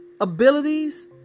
abilities